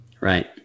Right